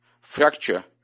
fracture